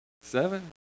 Seven